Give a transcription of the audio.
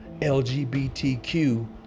LGBTQ